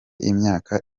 imyaka